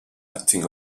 acting